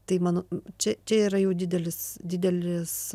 tai mano čia čia yra jau didelis didelis